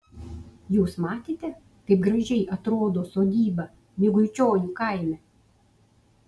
jūs matėte kaip gražiai atrodo sodyba miguičionių kaime